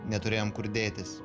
neturėjom kur dėtis